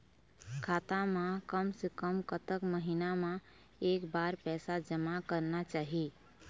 खाता मा कम से कम कतक महीना मा एक बार पैसा जमा करना चाही?